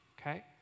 okay